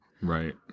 Right